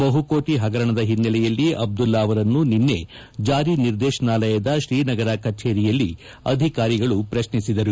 ಬಹು ಕೋಟ ಹಗರಣದ ಹಿನ್ನೆಲೆಯಲ್ಲಿ ಅಬ್ದುಲ್ಲಾ ಅವರನ್ನು ನಿನ್ನೆ ಜಾರಿ ನಿರ್ದೇತನಾಲಯದ ಶ್ರೀನಗರ ಕಚೇರಿಯಲ್ಲಿ ಅಧಿಕಾರಿಗಳು ಪ್ರಶ್ನಿಸಿದರು